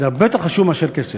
זה הרבה יותר חשוב מאשר כסף.